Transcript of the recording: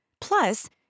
Plus